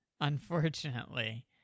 unfortunately